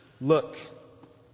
Look